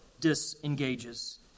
disengages